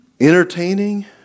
Entertaining